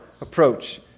approach